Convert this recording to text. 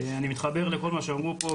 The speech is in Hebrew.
אני מתחבר לכל מה שאמרו פה,